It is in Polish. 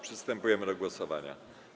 Przystępujemy do głosowania.